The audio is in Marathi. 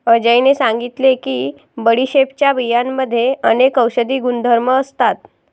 अजयने सांगितले की बडीशेपच्या बियांमध्ये अनेक औषधी गुणधर्म असतात